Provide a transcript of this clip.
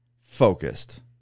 focused